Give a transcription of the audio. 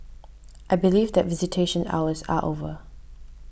I believe that visitation hours are over